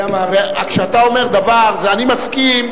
כשאתה אומר דבר ואני מסכים,